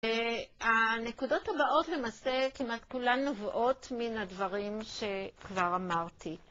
הנקודות הבאות למעשה כמעט כולן נובעות מן הדברים שכבר אמרתי.